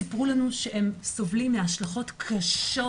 סיפרו לנו שהם סובלים מהשלכות קשות